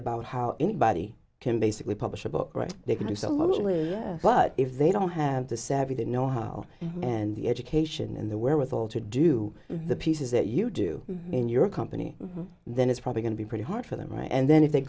about how anybody can basically publish a book right they can do so lovingly but if they don't have the savvy the know how and the education and the wherewithal to do the pieces that you do in your company then it's probably going to be pretty hard for them and then if they